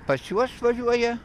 pas juos važiuoja